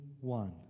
one